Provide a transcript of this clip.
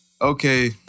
Okay